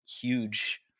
huge